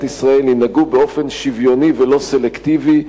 ישראל ינהגו באופן שוויוני ולא סלקטיבי,